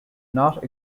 not